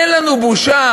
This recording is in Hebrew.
אין לנו בושה?